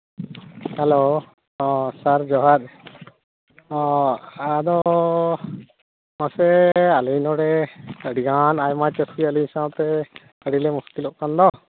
hello ᱦᱚᱸ sir ᱡᱚᱦᱟᱨ ᱦᱚᱸ ᱟᱫᱚ ᱢᱟᱥᱮ ᱟᱞᱮ ᱱᱚᱸᱰᱮ ᱟᱹᱰᱤᱜᱟᱱ ᱟᱭᱢᱟ ᱪᱟᱥᱤ ᱟᱹᱞᱤᱧ ᱥᱟᱶᱛᱮ ᱟᱹᱰᱤ ᱞᱮ ᱢᱩᱥᱠᱤᱞᱚᱜ ᱠᱟᱱ ᱫᱚ